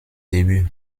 début